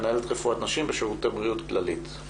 מנהלת רפואת נשים בשירותי בריאות כללית.